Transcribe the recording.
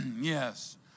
Yes